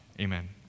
Amen